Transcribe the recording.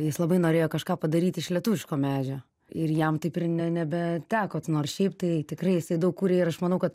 jis labai norėjo kažką padaryti iš lietuviško medžio ir jam taip ir nebeteko nors šiaip tai tikrai jisai daug kūrė ir aš manau kad